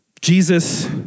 Jesus